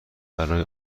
برای